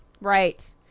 Right